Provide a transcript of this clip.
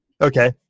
Okay